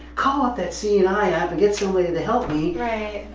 call up that seeing ai app and get somebody to help me. right.